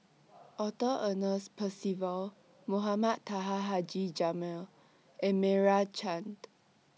Arthur Ernest Percival Mohamed Taha Haji Jamil and Meira Chand